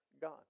God